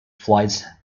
flights